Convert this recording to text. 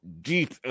deep